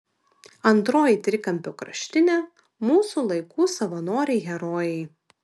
antroji trikampio kraštinė mūsų laikų savanoriai herojai